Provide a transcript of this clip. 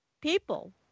people